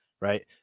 right